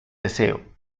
deseo